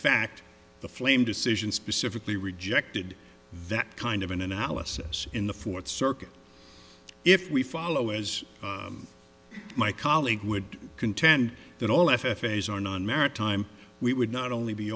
fact the flame decision specifically rejected that kind of analysis in the fourth circuit if we follow as my colleague would contend that all f f a's are non maritime we would not only be